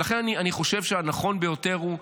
ולכן אני חושב שהנכון ביותר הוא,